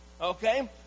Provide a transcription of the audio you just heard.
Okay